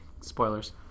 Spoilers